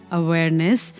awareness